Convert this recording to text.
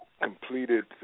Completed